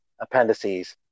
appendices